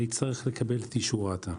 יצטרך לקבל את אישור רת"א.